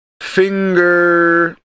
finger